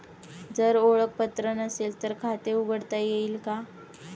जर ओळखपत्र नसेल तर खाते उघडता येईल का?